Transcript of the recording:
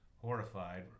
horrified